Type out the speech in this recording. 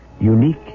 Unique